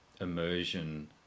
immersion